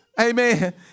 Amen